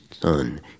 son